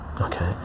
Okay